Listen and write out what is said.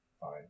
fine